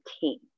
team